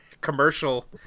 commercial